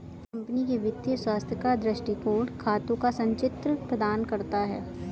company के वित्तीय स्वास्थ्य का दृष्टिकोण खातों का संचित्र प्रदान करता है